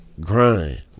grind